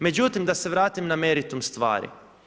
Međutim da se vratim na meritum stvari.